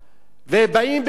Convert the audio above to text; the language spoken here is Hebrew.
ובאים בחזות